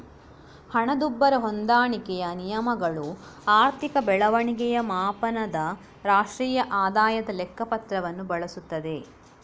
ಹಣದುಬ್ಬರ ಹೊಂದಾಣಿಕೆಯ ನಿಯಮಗಳು ಆರ್ಥಿಕ ಬೆಳವಣಿಗೆಯ ಮಾಪನದ ರಾಷ್ಟ್ರೀಯ ಆದಾಯದ ಲೆಕ್ಕ ಪತ್ರವನ್ನು ಬಳಸುತ್ತದೆ